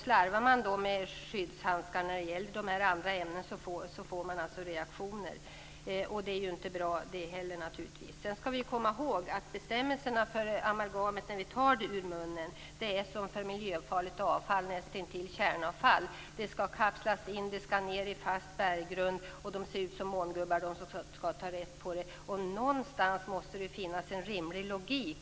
Slarvar man med skyddshandskar när det gäller de här andra ämnena får man alltså reaktioner. Det är naturligtvis inte bra det heller. Sedan skall vi komma ihåg att bestämmelserna för amalgamet när vi tar det ur munnen är som för miljöfarligt avfall, nästintill kärnavfall. Det skall kapslas in. Det skall ned i fast berggrund. De som skall ta rätt på det ser ut som mångubbar. Någonstans måste det ju finnas en rimlig logik.